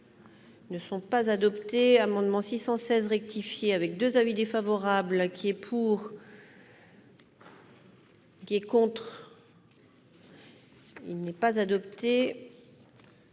Ne sont pas adoptés amendement 616 rectifié avec 2 avis défavorables qui est pour. Qui est contre, il n'est pas adopté.